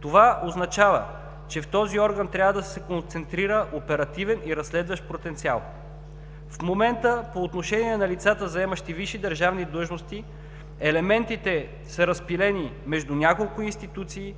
Това означава, че в този орган трябва да се концентрира оперативен и разследващ потенциал. В момента по отношение на лицата, заемащи висши държавни длъжности, елементите са разпилени между няколко институции,